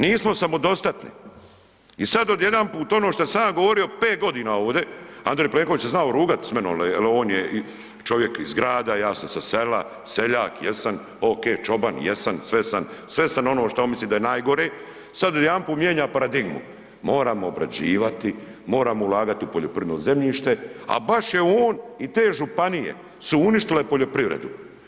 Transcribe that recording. Nismo samodostatni i sad odjedanput ono šta sam ja govorio 5 godina ovdje, Andrej Plenković se znao rugat s menom jer on je čovjek iz grada, ja sam sa sela, seljak jesam, ok, čoban jesam sve sam, sve sam ono što on misli da je najgore, sad odjedanput mijenja paradigmu, moramo obrađivati, moramo ulagati u poljoprivredno zemljište, a baš je on i te županije su uništile poljoprivredu.